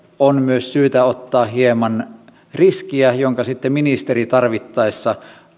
on syytä ottaa myös hieman riskiä jonka sitten ministeri tarvittaessa